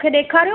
हा